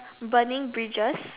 burning bridges